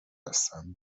هستند